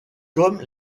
comme